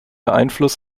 einfluss